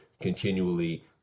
continually